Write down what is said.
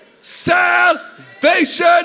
salvation